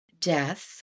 death